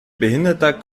behinderter